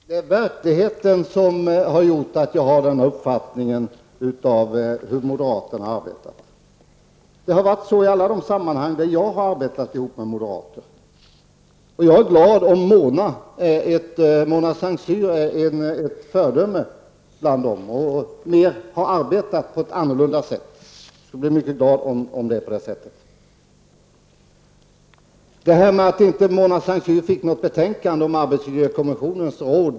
Fru talman! Det är verkligheten som har gjort att jag har den uppfattningen som jag har om hur moderaterna arbetar. Så har det varit i alla sammanhang där jag har arbetat ihop med moderater. Jag är glad om Mona Saint Cyr är ett föredöme bland moderaterna och om hon har arbetat på ett annorlunda sätt. Jag blir mycket glad om det förhåller sig så. Mona Saint Cyr sade att hon aldrig fick något betänkande från arbetsmiljökommissionens råd.